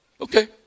Okay